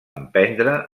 emprendre